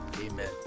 Amen